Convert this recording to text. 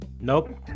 Nope